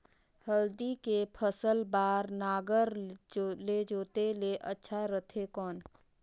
हल्दी के फसल बार नागर ले जोते ले अच्छा रथे कौन?